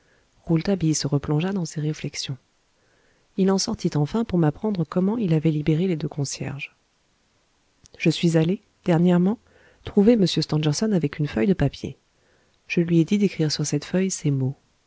rouletabille se replongea dans ses réflexions il en sortit enfin pour m'apprendre comment il avait libéré les deux concierges je suis allé dernièrement trouver m stangerson avec une feuille de papier je lui ai dit d'écrire sur cette feuille ces mots